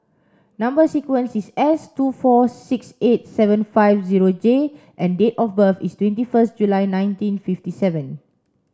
number sequence is S two four six eight seven five zero J and date of birth is twenty first July nineteen fifty seven